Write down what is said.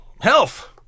health